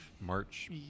March